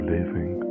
Living